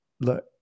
look